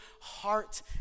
heart